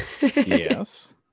yes